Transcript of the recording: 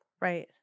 Right